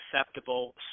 acceptable